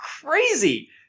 crazy